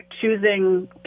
choosing